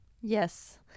yes